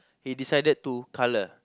he decided to color